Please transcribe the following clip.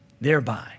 Thereby